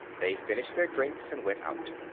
they finished their drinks and went out.